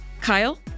Kyle